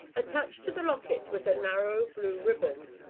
attached to the locket was a narrow blue riband,